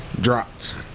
dropped